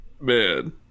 man